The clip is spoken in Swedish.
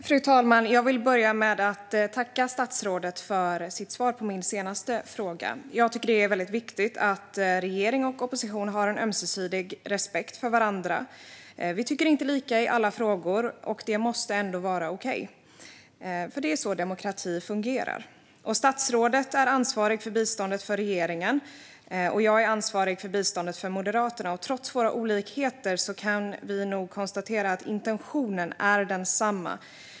Fru talman! Jag vill börja med att tacka statsrådet för svaret på min senaste fråga. Jag tycker att det är väldigt viktigt att regering och opposition har en ömsesidig respekt för varandra. Vi tycker inte lika i alla frågor, och det måste ändå vara okej - det är så demokrati fungerar. Statsrådet är ansvarig för biståndet för regeringen, och jag är ansvarig för biståndet för Moderaterna. Trots våra olikheter kan vi nog konstatera att intentionen är densamma.